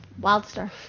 Wildstar